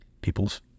people's